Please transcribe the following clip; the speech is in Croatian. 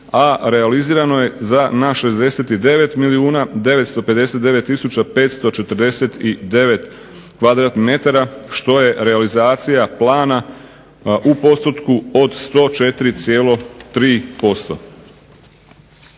a realizirano je na 69 milijuna 959 tisuća 549 m2, što je realizacija plana u postotku od 104,3%.